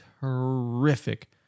terrific